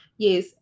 Yes